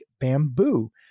bamboo